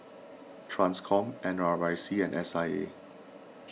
Transcom N R I C and S I A